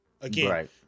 again